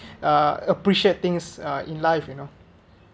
uh appreciate things uh in life you know